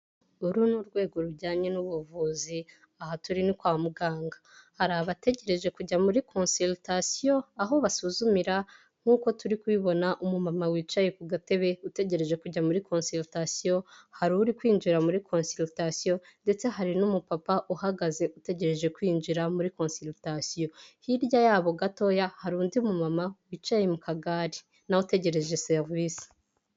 Uru ni urwego rujyanye n'ubuvuzi, aha turi ni kwa muganga. Hari abategereje kujya muri konsiritasiyo, aho basuzumira nk'uko turi kubibona umumama wicaye ku gatebe utegereje kujya muri konsiritasiyo, hari uri kwinjira muri konsiritasiyo ndetse hari n'umupapa uhagaze utegereje kwinjira muri konsiritasiyo. Hirya yabo gatoya hari undi mumama wicaye mu kagare na we utegereje serivisi.